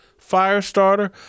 firestarter